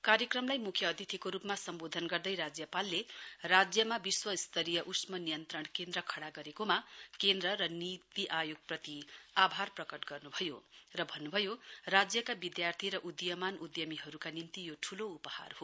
कार्यक्रमलाई म्ख्य अतिथिको रूपमा सम्वोधन गर्दै राज्यपालले राज्यमा विश्व स्तरीय उष्म नियन्त्रण केन्द्रको खड़ा गरेकोमा केन्द्र र नीति आयोगप्रति आभार प्रकट गर्न्भयो र भन्न्भो राज्यका विधार्थी र उदीयमान उध्यमीहरूका निम्ति यो ठूलो उपहार हो